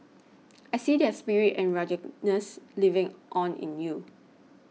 I see their spirit and ruggedness living on in you